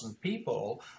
people